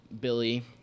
Billy